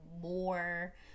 more